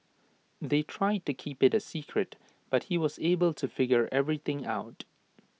they tried to keep IT A secret but he was able to figure everything out